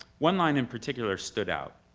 one line in particular stood out.